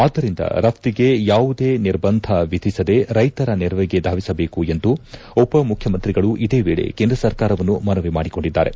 ಆದ್ದರಿಂದ ರಫ್ತಿಗೆ ಯಾವುದೇ ನಿರ್ಬಂಧ ವಿಧಿಸದೇ ರೈತರ ನೆರವಿಗೆ ಧಾವಿಸಬೇಕು ಎಂದು ಉಪಮುಖ್ಯಮಂತ್ರಿಗಳು ಇದೇ ವೇಳೆ ಕೇಂದ್ರ ಸರ್ಕಾರವನ್ನು ಮನವಿ ಮಾಡಿಕೊಂಡಿದ್ದಾರೆ